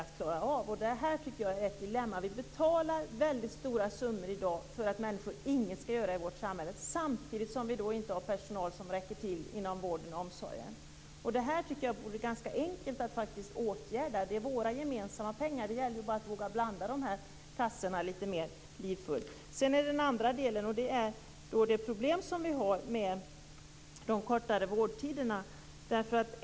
Jag tycker att det är ett dilemma att vi i dag betalar väldigt stora summor för att människor inget skall göra i vårt samhälle, samtidigt som vi inte har personal så att det räcker till inom vården och omsorgen. Det tycker jag faktiskt vore ganska enkelt att åtgärda. Det är våra gemensamma pengar. Det gäller bara att våga blanda kassorna litet mer livfullt. Den andra delen handlar om de problem vi har med de kortare vårdtiderna.